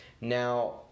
Now